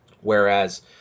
Whereas